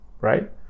right